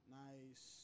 nice